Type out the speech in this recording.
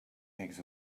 eggs